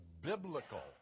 biblical